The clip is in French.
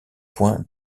point